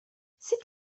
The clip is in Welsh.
sut